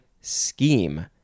scheme